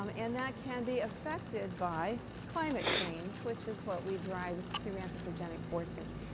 um and that can be affected by climate change, which is what we drive through anthropogenic forcing.